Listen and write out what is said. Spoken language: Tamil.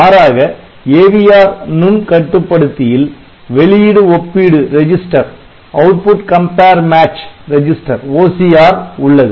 மாறாக AVR நுண் கட்டுப்படுத்தியில் வெளியிடு ஒப்பீடு register output compare match register OCR உள்ளது